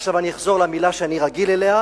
עכשיו אני אחזור למלה שאני רגיל אליה,